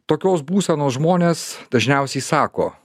tokios būsenos žmonės dažniausiai sako